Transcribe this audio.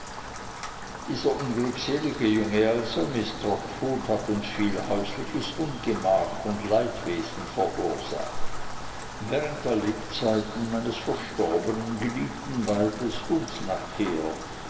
dieser unglückselige junge also miß trotwood hat uns viel häusliches ungemach und leidwesen verursacht während der lebzeiten meines verstorbenen geliebten weibes und nachher